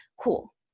Cool